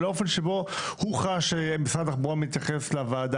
ולאופן שבו הוא חש שמשרד התחבורה מתייחס לוועדה,